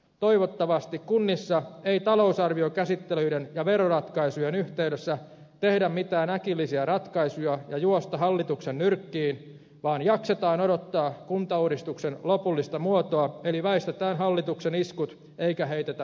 toivottavasti kunnissa ei talousarviokäsittelyiden ja veroratkaisujen yhteydessä tehdä mitään äkillisiä ratkaisuja ja juosta hallituksen nyrkkiin vaan jaksetaan odottaa kuntauudistuksen lopullista muotoa eli väistetään hallituksen iskut eikä heitetä pyyhettä kehään